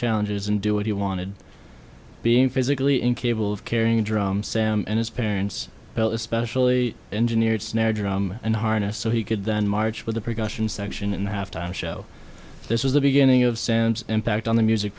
challenges and do what he wanted being physically incapable of carrying a drum sam and his parents well especially engineered snare drum and harness so he could then march with the precautions section in the halftime show this was the beginning of sam's impact on the music